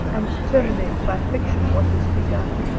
and terminate by fiction what has begun,